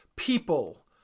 People